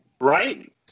Right